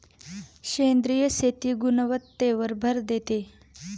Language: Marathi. सेंद्रिय शेती गुणवत्तेवर भर देते